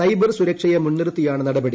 cyber സുരക്ഷയെ മുൻനിർത്തിയാണ് നടപടി